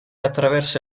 attraversa